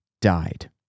died